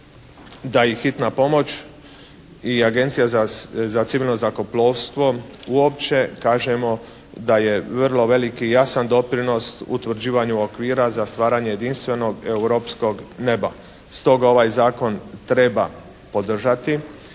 da i hitna pomoć i Agencija za civilno zrakoplovstvo uopće kažemo da je vrlo veliki i jasan doprinos utvrđivanju okvira za stvaranje jedinstvenog europskog neba. Stoga ovaj zakon treba podržati